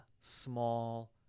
small